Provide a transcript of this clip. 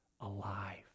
alive